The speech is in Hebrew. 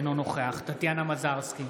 אינו נוכח טטיאנה מזרסקי,